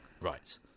right